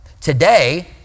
Today